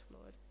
lord